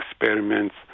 experiments